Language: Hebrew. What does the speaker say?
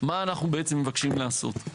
מה אנחנו בעצם מבקשים לעשות.